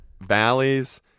valleys